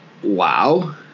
wow